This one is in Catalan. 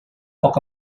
poc